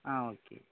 ஆ okay